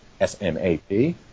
S-M-A-P